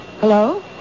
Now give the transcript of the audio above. Hello